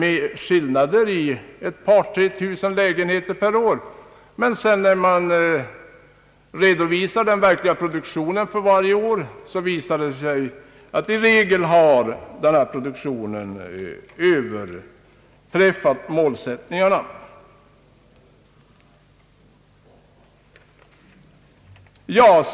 Det skiljer i fråga om 2000 å 3 000 lägenheter per år, men när den verkliga produktionen för varje år redovisas visar det sig att produktionen i regel har överträffat målsättningarna.